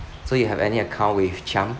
so you have any account with chiam